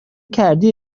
کردی